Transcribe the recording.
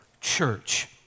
church